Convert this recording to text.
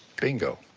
bingo,